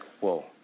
whoa